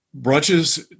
brunches